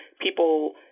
people